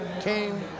came